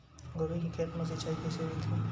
गोभी के खेत मा सिंचाई कइसे रहिथे?